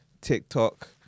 TikTok